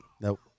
Nope